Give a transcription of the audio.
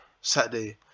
Saturday